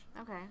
Okay